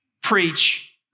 Preach